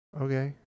okay